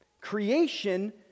Creation